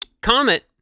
Comet